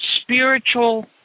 spiritual